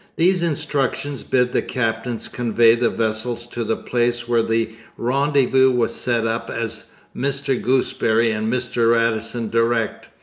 these instructions bid the captains convey the vessels to the place where the rendezvous was set up as mr gooseberry and mr radisson direct,